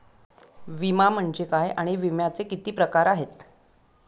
विमा म्हणजे काय आणि विम्याचे किती प्रकार आहेत?